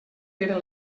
pere